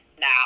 now